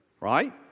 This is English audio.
right